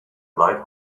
light